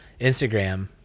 Instagram